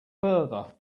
further